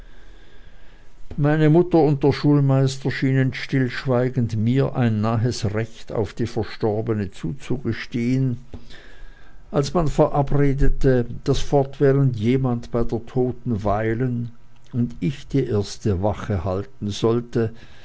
meine mutter und der schulmeister schienen stillschweigend mir ein nahes recht auf die verstorbene zuzugestehen als man verabredete daß fortwährend jemand bei der toten weilen und ich die erste wache halten sollte